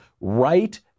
right